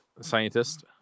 scientist